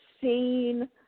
seen